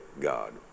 God